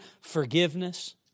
forgiveness